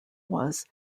was